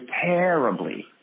terribly